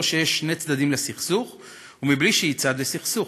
שיש שני צדדים לסכסוך ומבלי שהיא צד לסכסוך?